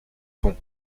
ponts